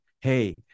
hey